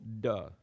duh